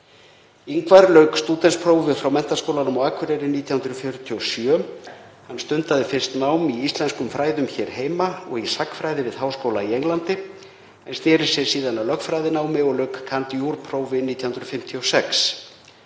Ingvar lauk stúdentsprófi frá Menntaskólanum á Akureyri 1947. Hann stundaði fyrst nám í íslenskum fræðum hér heima og í sagnfræði við háskóla í Englandi en sneri sér síðan að lögfræðinámi og lauk cand. jur.-prófi 1956.